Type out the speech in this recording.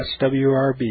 swrb